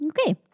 Okay